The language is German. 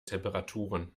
temperaturen